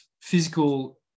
physical